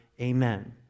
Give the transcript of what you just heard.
amen